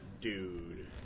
dude